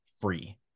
free